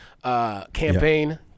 Campaign